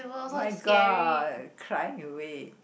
my god crying away